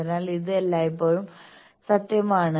അതിനാൽ ഇത് എല്ലായ്പ്പോഴും സത്യമാണ്